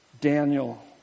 Daniel